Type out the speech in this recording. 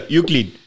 Euclid